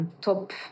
top